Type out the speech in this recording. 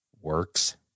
works